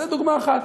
זו דוגמה אחת.